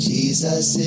Jesus